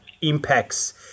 impacts